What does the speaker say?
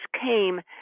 came